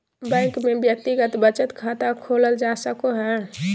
bank में व्यक्तिगत बचत खाता खोलल जा सको हइ